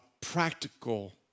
practical